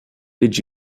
did